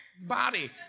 body